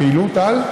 פעילות על?